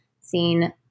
seen